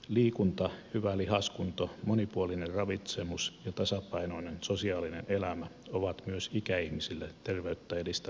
liikunta hyvä lihaskunto monipuolinen ravitsemus ja tasapainoinen sosiaalinen elämä ovat myös ikäihmisillä terveyttä edistäviä tekijöitä